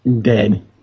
dead